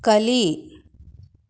ಕಲಿ